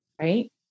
right